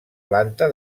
planta